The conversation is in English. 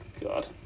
God